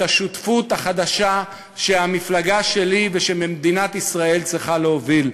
את השותפות החדשה שהמפלגה שלי ושמדינת ישראל צריכות להוביל: